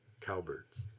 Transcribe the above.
cowbirds